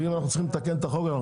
ואם אנחנו צריכים לתקן את החוק אנחנו